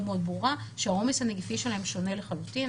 מאוד ברורה כאשר רואים שהעומס הנגיפי שלהם שונה לחלוטין.